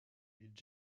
est